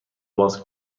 باز